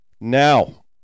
Now